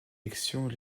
élections